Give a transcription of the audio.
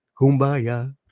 kumbaya